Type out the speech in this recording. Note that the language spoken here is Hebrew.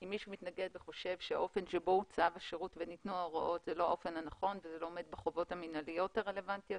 אני חושבת שהוא אמור להיכנס לסעיף 2. הוראות לפי סעיף קטן